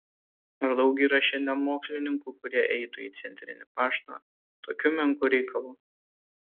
ar daug yra šiandien mokslininkų kurie eitų į centrinį paštą tokiu menku reikalu